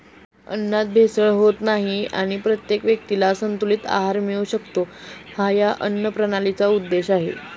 अन्नात भेसळ होत नाही आणि प्रत्येक व्यक्तीला संतुलित आहार मिळू शकतो, हा या अन्नप्रणालीचा उद्देश आहे